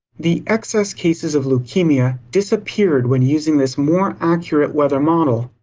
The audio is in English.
the excess cases of leukemia disappeared when using this more accurate weather model,